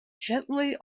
gently